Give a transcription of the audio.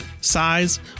size